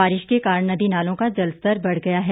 बारिश के कारण नदी नालों का जलस्तर बढ़ गया है